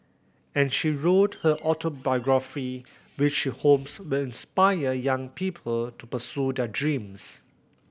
and she wrote her autobiography which she hopes will inspire young people to pursue their dreams